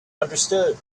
understood